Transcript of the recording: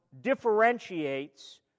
differentiates